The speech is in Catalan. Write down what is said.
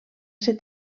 ser